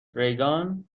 ریگان